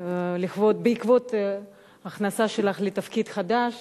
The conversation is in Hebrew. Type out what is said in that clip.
בעקבות הכניסה שלך לתפקיד חדש